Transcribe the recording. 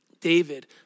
David